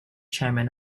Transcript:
chairman